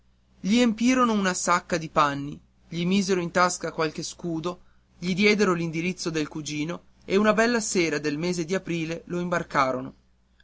empirono una sacca di panni gli misero in tasca qualche scudo gli diedero l'indirizzo del cugino e una bella sera del mese di aprile lo imbarcarono